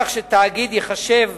כך שתאגיד ייחשב